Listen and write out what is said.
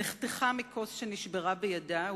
נחתכה מכוס שנשברה בתוך ידה,